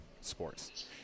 sports